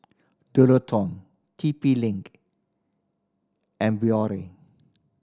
Dualtron T P Link and